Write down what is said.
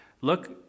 Look